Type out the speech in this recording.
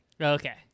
Okay